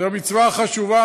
זו מצווה חשובה.